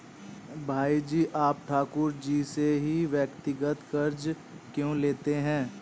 भाई जी आप ठाकुर जी से ही व्यक्तिगत कर्ज क्यों लेते हैं?